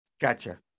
Gotcha